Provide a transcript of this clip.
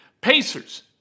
Pacers